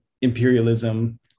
imperialism